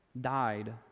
died